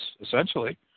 essentially